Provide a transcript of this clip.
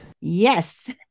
Yes